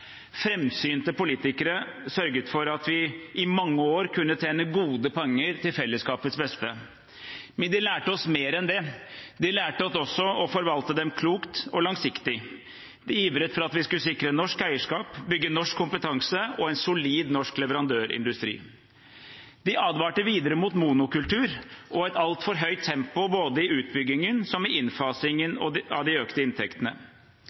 politikere sørget for at vi i mange år kunne tjene gode penger til fellesskapets beste, men de lærte oss mer enn det. De lærte oss også å forvalte dem klokt og langsiktig. De ivret for at vi skulle sikre norsk eierskap, bygge norsk kompetanse og en solid norsk leverandørindustri. De advarte videre mot monokultur og et altfor høyt tempo så vel i utbyggingen som i innfasingen av de økte inntektene.